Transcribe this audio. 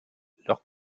leurs